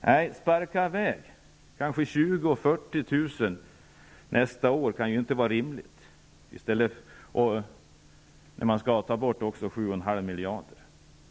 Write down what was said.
Nej, det kan inte vara rimligt att ge ytterligare 20 000--40 000 sparken under nästa år, samtidigt som man skall dra in 7,5 miljarder.